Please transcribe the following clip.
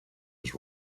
his